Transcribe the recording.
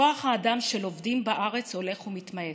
כוח האדם של עובדים בארץ הולך ומתמעט.